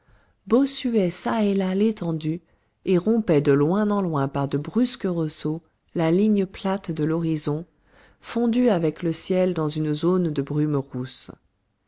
çà et là l'étendue et rompaient de loin en loin par de brusques ressauts la ligne plate de l'horizon fondue avec le ciel dans une zone de brume rousse